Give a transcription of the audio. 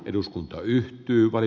eduskunta yhtyi vai